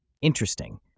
Interesting